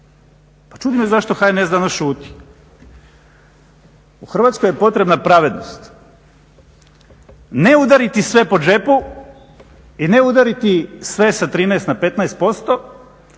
Pa čudi me zašto HNS danas šuti. U Hrvatskoj je potrebna pravednost, ne udariti sve po džepu i ne udariti sve sa 13 na 15%